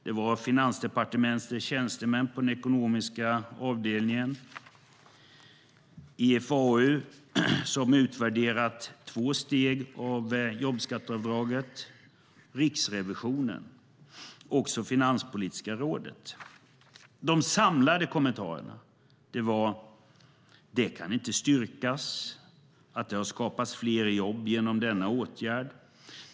Det var Finansdepartementets tjänstemän på den ekonomiska avdelningen, IFAU som utvärderat två steg av jobbskatteavdraget, Riksrevisionen och Finanspolitiska rådet. De samlade kommentarerna var: Det kan inte styrkas att det har skapats fler jobb genom denna åtgärd.